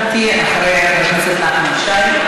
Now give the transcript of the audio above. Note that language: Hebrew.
חברת הכנסת רויטל סויד,